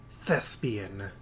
thespian